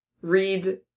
read